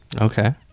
Okay